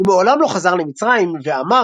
הוא מעולם לא חזר למצרים ואמר,